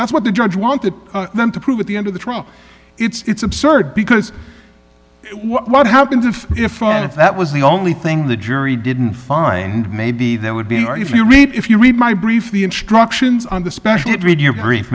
that's what the judge wanted them to prove at the end of the trial it's absurd because what happens if if if that was the only thing the jury didn't find maybe that would be if you read if you read my brief the instructions on the special had read your brief